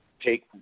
take